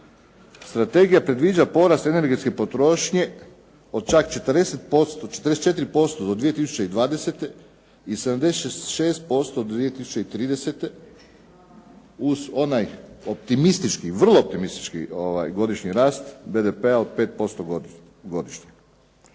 strategija predviđa porast energetske potrošnje od čak 40%, 44% do 2020. i 76% do 2030. uz onaj optimistički, vrlo optimistički godišnji rast BDP-a od 5% godišnje.